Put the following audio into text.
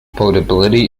portability